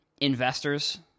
investors